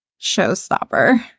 showstopper